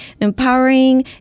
empowering